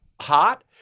hot